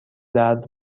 درد